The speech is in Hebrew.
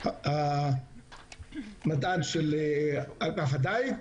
המדען של אגף הדייג.